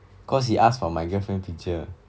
cause he asked for my girlfriend picture